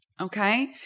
okay